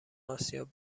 آسیا